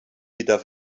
wieder